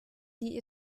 die